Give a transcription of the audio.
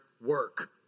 work